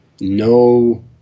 no